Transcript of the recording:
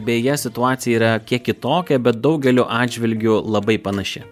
beje situacija yra kiek kitokia bet daugeliu atžvilgių labai panaši